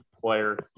player